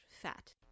fat